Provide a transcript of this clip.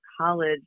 college